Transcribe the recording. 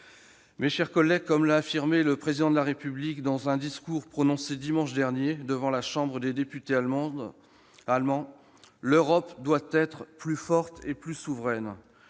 Mes chers collègues, comme l'a affirmé le Président de la République dans un discours prononcé dimanche dernier devant la chambre des députés allemande, « l'Europe doit être plus forte et plus souveraine